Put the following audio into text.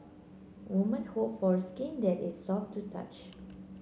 women hope for skin that is soft to touch